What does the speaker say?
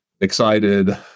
excited